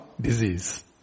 disease